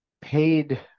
paid